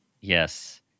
Yes